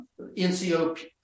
NCO